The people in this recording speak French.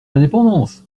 l’indépendance